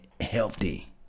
healthy